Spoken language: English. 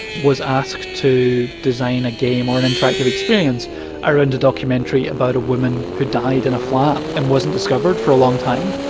was asked to design a game or an interactive experience around and a documentary about a woman who died in a flat and wasn't discovered for a long time.